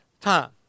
time